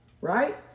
Right